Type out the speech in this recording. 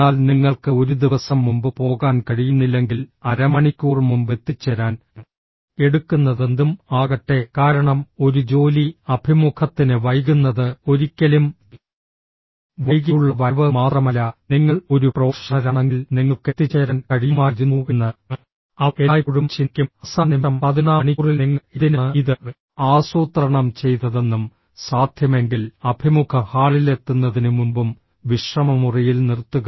എന്നാൽ നിങ്ങൾക്ക് ഒരു ദിവസം മുമ്പ് പോകാൻ കഴിയുന്നില്ലെങ്കിൽ അരമണിക്കൂർ മുമ്പ് എത്തിച്ചേരാൻ എടുക്കുന്നതെന്തും ആകട്ടെ കാരണം ഒരു ജോലി അഭിമുഖത്തിന് വൈകുന്നത് ഒരിക്കലും വൈകിയുള്ള വരവ് മാത്രമല്ല നിങ്ങൾ ഒരു പ്രൊഫഷണലാണെങ്കിൽ നിങ്ങൾക്ക് എത്തിച്ചേരാൻ കഴിയുമായിരുന്നുവെന്ന് അവർ എല്ലായ്പ്പോഴും ചിന്തിക്കും അവസാന നിമിഷം പതിനൊന്നാം മണിക്കൂറിൽ നിങ്ങൾ എന്തിനാണ് ഇത് ആസൂത്രണം ചെയ്തതെന്നും സാധ്യമെങ്കിൽ അഭിമുഖ ഹാളിലെത്തുന്നതിനുമുമ്പും വിശ്രമമുറിയിൽ നിർത്തുക